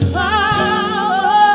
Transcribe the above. power